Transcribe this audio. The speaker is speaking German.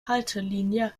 haltelinie